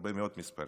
הרבה מאוד מספרים.